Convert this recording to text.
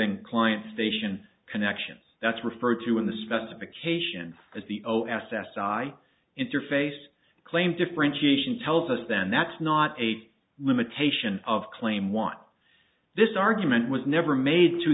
g client station connections that's referred to in the specification as the o s s i interface claimed differentiation tells us then that's not a limitation of claim want this argument was never made to